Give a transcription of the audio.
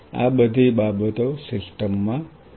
આ બધી બાબતો સિસ્ટમમાં છે